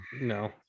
No